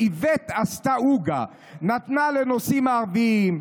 איווט עשתה עוגה: נתנה לנושאים הערביים,